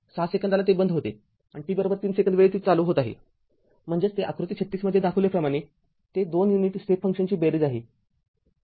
6 सेकंदाला ते बंद होते आणि t ३ सेकंद वेळी ते चालू होत आहे म्हणजेच ते आकृती ३६ मध्ये दाखविल्याप्रमाणे ते २ युनिट स्टेप फंक्शनची बेरीज आहे